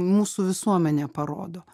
mūsų visuomenę parodo